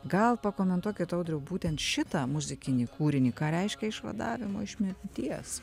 gal pakomentuokit audriau būtent šitą muzikinį kūrinį ką reiškia išvadavimo iš mirties